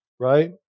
right